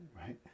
right